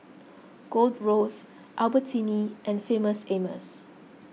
Gold Roast Albertini and Famous Amos